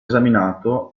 esaminato